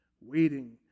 waiting